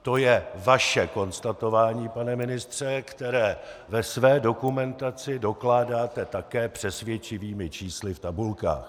To je vaše konstatování, pane ministře které ve své dokumentaci dokládáte také přesvědčivými čísly v tabulkách.